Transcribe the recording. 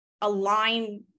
align